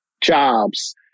jobs